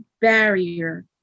barrier